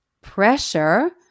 pressure